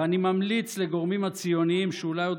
ואני ממליץ לגורמים הציוניים שאולי עוד